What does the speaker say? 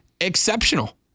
exceptional